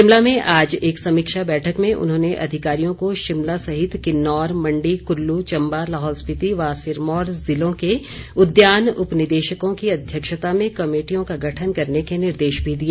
शिमला में आज एक समीक्षा बैठक में उन्होंने अधिकारियों को शिमला सहित किन्नौर मण्डी कुल्लू चंबा लाहौल स्पिति व सिरमौर जिलों के उद्यान उपनिदेशकों की अध्यक्षता में कमेटियों का गठन करने के निर्देश भी दिए